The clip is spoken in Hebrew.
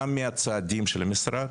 גם מהצעדים של המשרד,